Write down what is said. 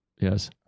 Yes